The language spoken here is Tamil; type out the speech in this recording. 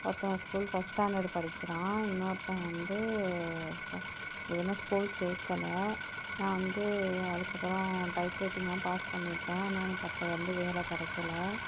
ஒருத்தவன் ஸ்கூல் ஃபர்ஸ்ட் ஸ்டாண்டர்ட் படிக்கிறான் இன்னொருத்தவன் வந்து இவனை ஸ்கூல் சேர்க்கல நான் வந்து அதுக்கப்புறம் டைப்ரைட்டிங்யெலாம் பாஸ் பண்ணியிருக்கேன் ஆனால் எனக்கு அப்போ வந்து வேலை கிடைக்கல